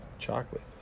chocolate